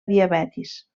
diabetis